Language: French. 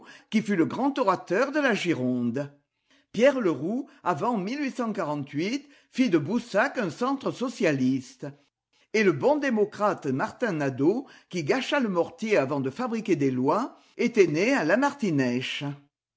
qui fut le grand orateur de la gironde pierre leroux avant fit de boussac un centre socialiste et le bon démocrate martin nadaud qui gâcha le mortier avant de fabriquer des lois était né à